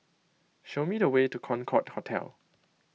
show me the way to Concorde Hotel